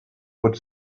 would